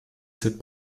cette